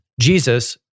Jesus